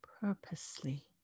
purposely